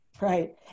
Right